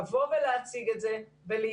לבוא להציג את זה ולהתקדם.